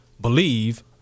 believe